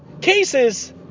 cases